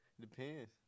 depends